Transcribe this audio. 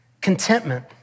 Contentment